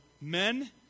men